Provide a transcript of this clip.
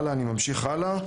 אני ממשיך הלאה.